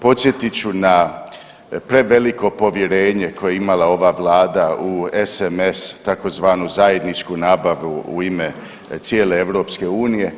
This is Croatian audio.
Podsjetit ću na preveliko povjerenje koje je imala ova Vlada u SMS tzv. zajedničku nabavu u ime cijele EU.